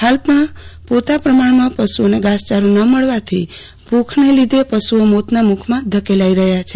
હાલમાં પ્રરતા પ્રમાણમાં પશ્ઓને ઘાસચારો ન મળવાથો ભૂખને લીધે પશઓ મોતના મુખમાં ધકેલાઈ રહયા છે